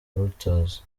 reuters